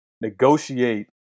negotiate